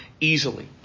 easily